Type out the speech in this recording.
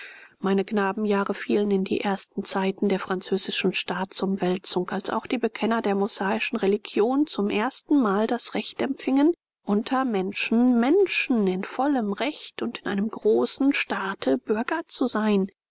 meine knabenjahre fielen in die ersten zeiten der französischen staatsumwälzung als auch die bekenner der mosaischen religion zum ersten mal das recht empfingen unter menschen menschen in vollem recht und in einem großen staate bürger zu sein